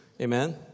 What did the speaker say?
Amen